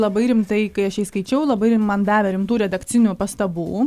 labai rimtai kai aš jai skaičiau labai rim man davė rimtų redakcinių pastabų